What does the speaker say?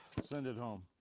send it home.